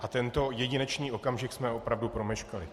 A tento jedinečný okamžik jsme opravdu promeškali.